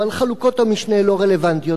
אבל חלוקות המשנה לא רלוונטיות.